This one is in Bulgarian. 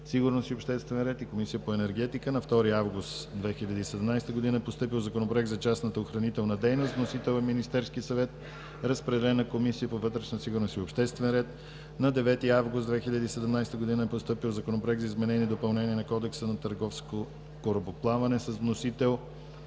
сигурност и обществен ред и Комисията по енергетика. На 2 август 2017 г. е постъпил Законопроект за частната охранителна дейност. Вносител е Министерският съвет, разпределен е на Комисията по вътрешна сигурност и обществен ред. На 9 август 2017 г. е постъпил Законопроект за изменение и допълнение на Кодекса на търговското корабоплаване, с вносител